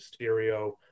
Mysterio